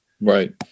Right